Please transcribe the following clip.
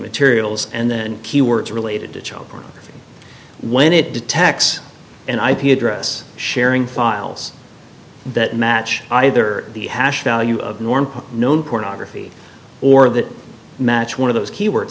materials and keywords related to child pornography when it detects an ip address sharing files that match either the hash value of norm known pornography or the match one of those keyword